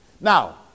Now